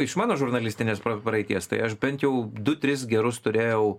iš mano žurnalistinės praeities tai aš bent jau du tris gerus turėjau